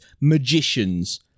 Magicians